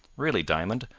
really, diamond,